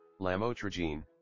Lamotrigine